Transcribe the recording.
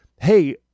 hey